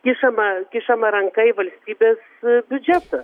kišama kišama ranka į valstybės biudžetą